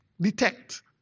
detect